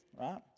right